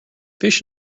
fish